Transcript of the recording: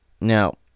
now